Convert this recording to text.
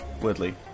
Woodley